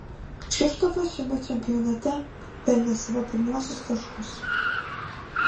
kšištofas šiame čempionate pelnė savo pirmuosius taškus